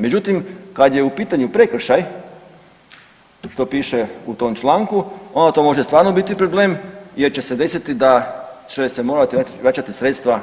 Međutim, kad je u pitanju prekršaj što piše u tom članku, onda to može stvarno biti problem jer će se desiti da će se morati vraćati sredstva